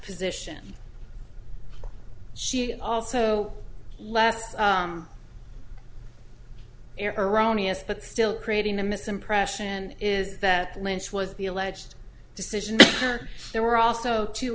position she also less erroneous but still creating a misimpression is that lance was the alleged decision there were also t